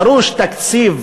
דרוש תקציב